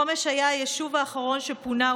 חומש היה היישוב האחרון שפונה,